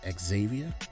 Xavier